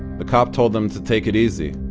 the cop told them to take it easy,